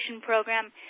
program